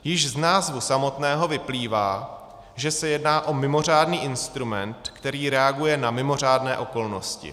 Již z názvu samotného vyplývá, že se jedná o mimořádný instrument, který reaguje na mimořádné okolnosti.